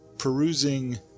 perusing